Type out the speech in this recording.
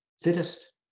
fittest